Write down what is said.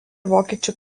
vokiečių